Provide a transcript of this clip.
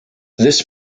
this